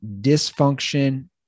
dysfunction